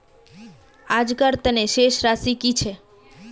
आजकार तने शेष राशि कि छे?